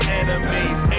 enemies